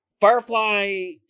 Firefly